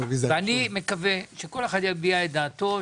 אני מקווה שכל אחד יביע את דעתו,